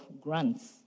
grants